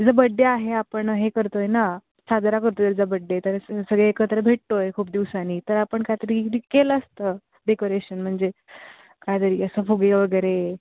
तिचा बड्डे आहे आपण हे करतो आहे ना साजरा करतो आहे तिचा बड्डे तर सगळे एकत्र भेटतो आहे खूप दिवसांनी तर आपण एकत्र काय तरी केलं असतं डेकोरेशन म्हणजे काय तरी असं फुगे वगैरे